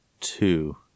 Two